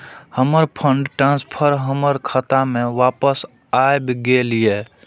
हमर fund transfer हमर खाता में वापस आब गेल या